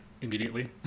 immediately